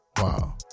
Wow